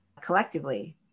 collectively